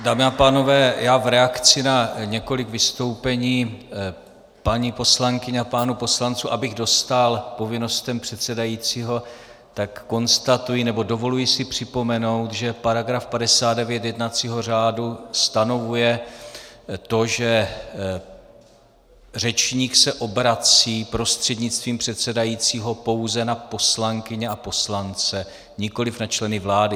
Dámy a pánové, já v reakci na několik vystoupení paní poslankyně a pánů poslanců abych dostál povinnostem předsedajícího, tak konstatuji, nebo dovoluji si připomenout, že § 59 jednacího řádu stanovuje to, že řečník se obrací prostřednictvím předsedajícího pouze na poslankyně a poslance, nikoli na členy vlády.